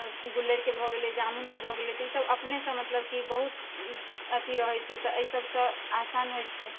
गुल्लरिके भऽ गेलै जामुनके भऽ गेलै तऽ ई सब अपनेसँ मतलब कि बहुत अथी रहैत छै तऽ एहि सबसँ आसान होइत छै